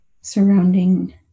surrounding